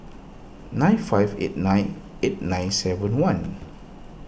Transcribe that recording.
nine five eight nine eight nine seven one